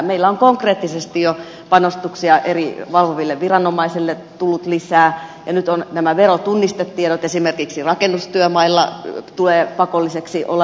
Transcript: meillä on konkreettisesti jo panostuksia eri valvoville viranomaisille tullut lisää ja nyt nämä näkyvissä olevat verotunnistetiedot esimerkiksi rakennustyömailla tulevat pakollisiksi